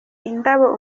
indabo